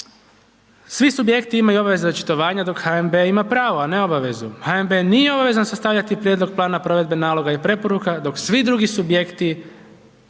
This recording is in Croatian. svi subjekti imaju obvezu očitovanja dok HNB ima pravo a ne obavezu. HNB nije obavezan sastavljati prijedlog plana provedbe naloga i preporuka dok svi drugi subjekti